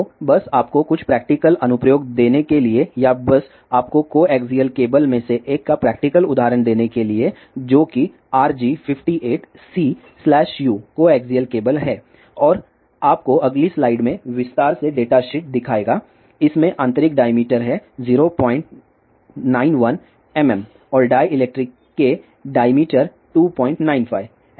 तो बस आपको कुछ प्रैक्टिकल अनुप्रयोग देने के लिए या बस आपको कोएक्सियल केबल में से एक का प्रैक्टिकल उदाहरण देने के लिए जो कि RG 58 C slash U coaxial cable है और आपको अगली स्लाइड में विस्तार से डेटा शीट दिखाएगा इसमें आंतरिक डाईमीटर है 091 mm और डाईइलेक्ट्रीक के डाईमीटर 295 εr 21 है